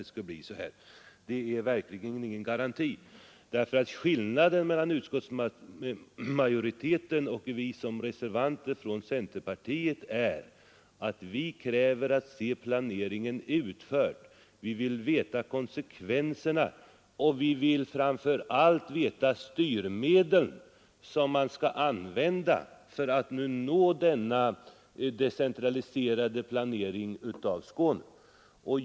Det är verkligen ingen garanti. Skilnaden mellan utskottsmajoriteten och reservanterna från centerpartiet är att vi kräver att få se planeringen utförd. Vi vill veta konsekvenserna, och vi vill framför allt veta vilka styrmedel som skall användas för att få till stånd en decentraliserad planering av Skåne.